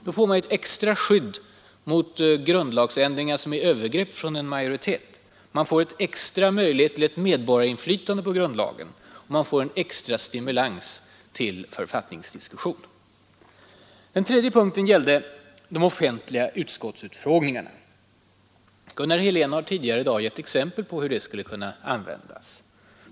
Då får man ju ett extra skydd mot grundlagsändringar som är övergrepp från en majoritet. Man får en extra möjlighet till medborgarinflytande på grundlagen och en extra stimulans till författningsdiskussion. Den tredje punkten gällde de offentliga utskottsutfrågningarna. Gunnar Helén har tidigare i dag gett exempel på hur sådana skulle kunna användas.